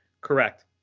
correct